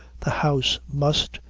the house must,